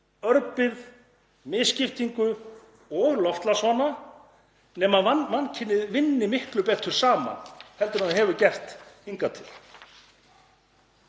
örbirgð, misskiptingu og loftslagsvána, nema mannkynið vinni miklu betur saman en það hefur gert hingað til.